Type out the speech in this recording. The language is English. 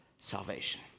salvation